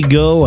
go